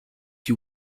you